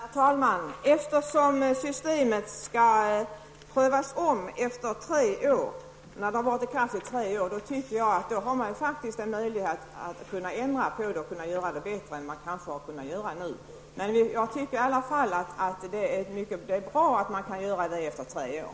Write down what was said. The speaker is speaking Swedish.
Herr talman! Eftersom systemet skall prövas om när det har varit i kraft i tre år, tycker jag att man då har en möjlighet att ändra på det och göra det bättre än man kanske har kunnat göra nu. Jag tycker i alla fall att det är mycket bra att man kan göra det efter tre år.